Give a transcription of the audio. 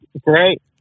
Great